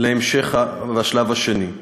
להמשך והשלב השני.